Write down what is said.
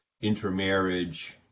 intermarriage